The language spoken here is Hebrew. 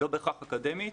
היא לא בהכרח אקדמית,